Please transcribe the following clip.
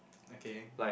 okay